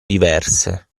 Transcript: diverse